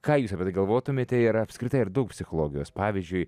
ką jūs apie tai galvotumėte ir apskritai ar daug psichologijos pavyzdžiui